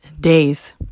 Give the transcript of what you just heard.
days